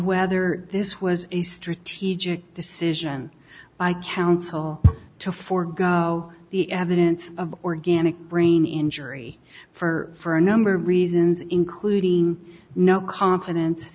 whether this was a strategic decision by counsel to forego the evidence of organic brain injury for a number of reasons including no confidence